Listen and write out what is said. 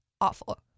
awful